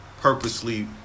purposely